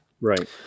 Right